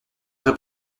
vrai